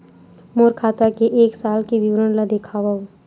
मोर खाता के एक साल के विवरण ल दिखाव?